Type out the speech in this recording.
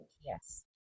yes